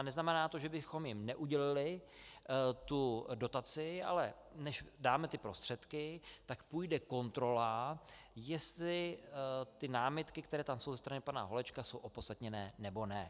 Neznamená to, že bychom jim neudělili dotaci, ale než dáme prostředky, tak půjde kontrola, jestli námitky, které tam jsou ze strany pana Holečka, jsou opodstatněné, nebo ne.